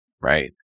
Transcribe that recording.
right